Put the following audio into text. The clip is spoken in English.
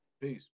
Peace